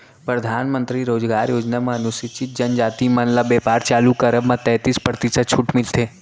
परधानमंतरी रोजगार योजना म अनुसूचित जनजाति मन ल बेपार चालू करब म तैतीस परतिसत छूट मिलथे